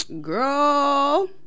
Girl